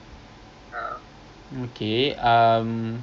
then lagi the other ten token kita naik this